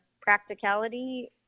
practicality